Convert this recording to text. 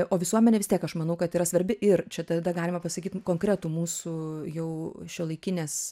o visuomenė vis tiek aš manau kad yra svarbi ir čia tada galima pasakyt konkretų mūsų jau šiuolaikinės